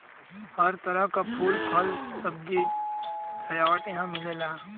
हर तरह क फूल, फल, सजावटी पेड़ यहां मिलेला